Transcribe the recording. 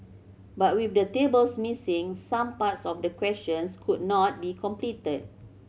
but with the tables missing some parts of the questions could not be completed